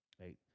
Right